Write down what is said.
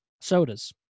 sodas